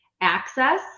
access